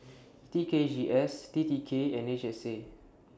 T K G S T T K and H S A